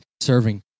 serving